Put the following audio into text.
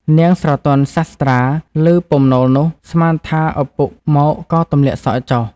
នាងស្រទន់សាស្ត្រាឮពំនោលនោះ ស្មានថាឪពុកមកក៏ទម្លាក់សក់ចុះ ។